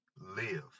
live